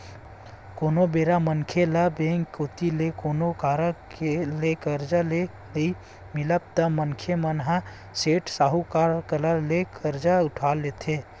कोनो बेरा मनखे ल बेंक कोती ले कोनो कारन ले करजा के नइ मिलब म मनखे मन ह सेठ, साहूकार करा ले करजा उठाथे